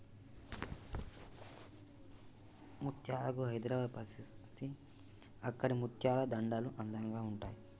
ముత్యాలకు హైదరాబాద్ ప్రసిద్ధి అక్కడి ముత్యాల దండలు అందంగా ఉంటాయి